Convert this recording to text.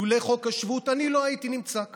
לולא חוק השבות אני לא הייתי נמצא כאן.